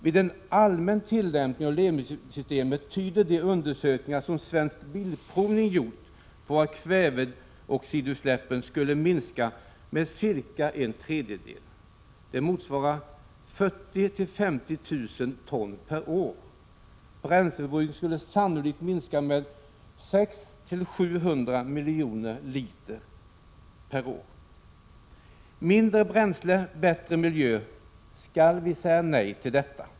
De undersökningar som Svensk Bilprovning gjort tyder på att vid en allmän tillämpning av LEMI-systemet skulle kväveoxidutsläppen minska med cirka en tredjedel. Det motsvarar 40 000-50 000 ton per år. Bränsleförbrukningen skulle sannolikt minska med 600-700 miljoner liter per år. Mindre bränsle, bättre miljö — skall vi säga nej till detta?